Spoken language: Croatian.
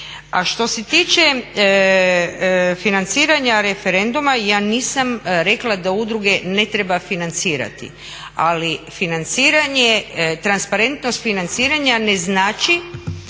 što se tiče financiranja referenduma, ja nisam rekla da udruge ne treba financirati, ali transparentnost financiranja ne znači